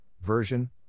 version